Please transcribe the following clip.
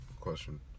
question